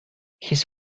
his